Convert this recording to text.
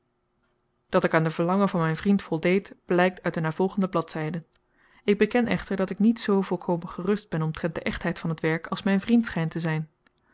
dat ik aan het verlangen van mijn vriend voldeed blijkt uit de navolgende bladzijden ik beken echter dat ik niet zoo volkomen gerust ben omtrent de echtheid van het werk als mijn vriend schijnt te zijn